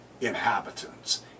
inhabitants